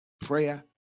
prayer